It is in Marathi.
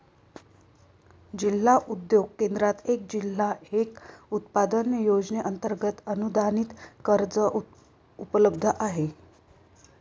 जिल्हा उद्योग केंद्रात एक जिल्हा एक उत्पादन योजनेअंतर्गत अनुदानित कर्ज उपलब्ध आहे